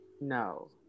No